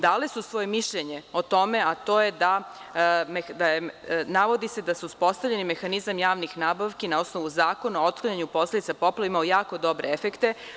Dale su svoje mišljenje o tome, gde se navodi da je uspostavljanje mehanizma javnih nabavki na osnovu Zakona o otklanjanju posledica poplava imao jako dobre efekte.